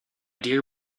dear